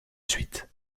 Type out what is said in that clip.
suite